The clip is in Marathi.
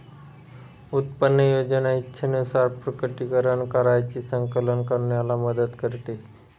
उत्पन्न योजना इच्छेनुसार प्रकटीकरण कराची संकलन करण्याला मदत करते